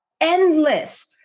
endless